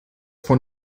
von